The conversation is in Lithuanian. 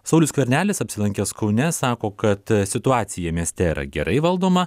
saulius skvernelis apsilankęs kaune sako kad situacija mieste yra gerai valdoma